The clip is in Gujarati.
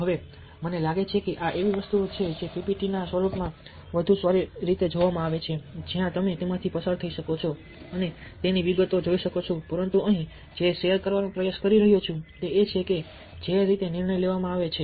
હવે મને લાગે છે કે આ એવી વસ્તુઓ છે જે પીપીટીના સ્વરૂપમાં વધુ સારી રીતે જોવામાં આવે છે જ્યાં તમે તેમાંથી પસાર થઈ શકો છો અને તેની વિગતો જોઈ શકો છો પરંતુ હું અહીં જે શેર કરવાનો પ્રયાસ કરી રહ્યો છું તે એ છે કે જે રીતે નિર્ણય લેવામાં આવે છે